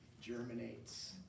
Germinates